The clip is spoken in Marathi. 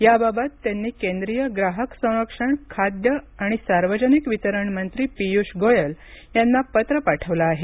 याबाबत त्यांनी केंद्रीय ग्राहक संरक्षण खाद्य आणि सार्वजनिक वितरण मंत्री पियुष गोयल यांना पत्र पाठवलं आहे